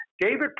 David